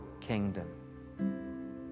kingdom